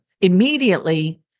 immediately